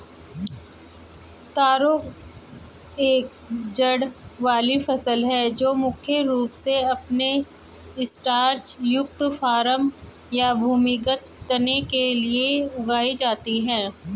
तारो एक जड़ वाली फसल है जो मुख्य रूप से अपने स्टार्च युक्त कॉर्म या भूमिगत तने के लिए उगाई जाती है